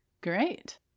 Great